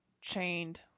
chained